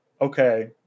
okay